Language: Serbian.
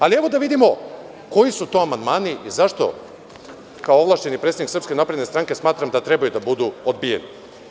Ali, evo, da vidimo koji su to amandmani i zašto kao ovlašćeni predstavnik SNS smatram da trebaju da budu odbijeni?